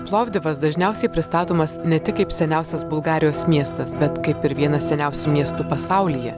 plovdivas dažniausiai pristatomas ne tik kaip seniausias bulgarijos miestas bet kaip ir vienas seniausių miestų pasaulyje